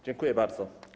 Dziękuję bardzo.